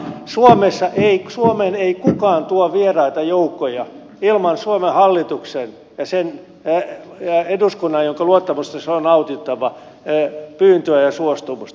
suomeen ei kukaan tuo vieraita joukkoja ilman suomen hallituksen ja eduskunnan jonka luottamusta sen on nautittava pyyntöä ja suostumusta